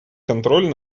контроль